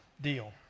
deal